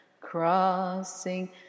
crossing